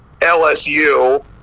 LSU